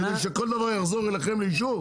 כדי שכל דבר יחזור אליכם לאישור?